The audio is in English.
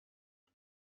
one